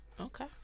Okay